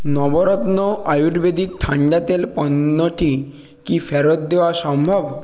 নবরত্ন আয়ুর্বেদিক ঠাণ্ডা তেল পণ্যটি কি ফেরত দেওয়া সম্ভব